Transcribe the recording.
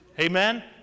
Amen